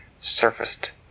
surfaced